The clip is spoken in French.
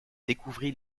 découvrit